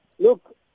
Look